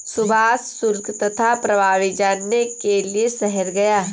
सुभाष शुल्क तथा प्रभावी जानने के लिए शहर गया